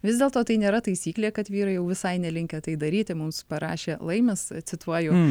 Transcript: vis dėlto tai nėra taisyklė kad vyrai jau visai nelinkę tai daryti mums parašė laimis cituoju